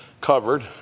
covered